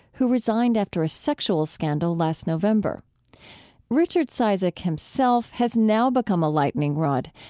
who resigned after a sexual scandal last november richard cizik himself has now become a lightning rod,